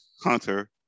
Hunter